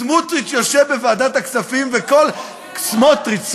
סמוּטריץ יושב בוועדת הכספים, וכל, סמוֹטריץ.